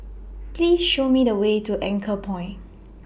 Please Show Me The Way to Anchorpoint